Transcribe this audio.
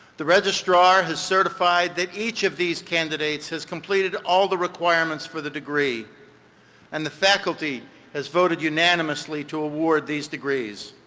the registrar has certified that each of these candidates has completed all the requirements for the degree and the faculty has voted yeah unaminmously to award these degrees.